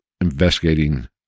investigating